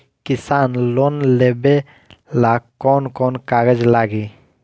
किसान लोन लेबे ला कौन कौन कागज लागि?